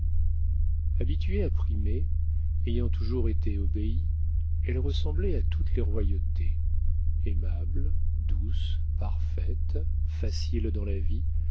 habituée à primer ayant toujours été obéie elle ressemblait à toutes les royautés aimable douce parfaite facile dans la vie